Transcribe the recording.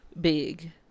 Big